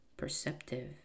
perceptive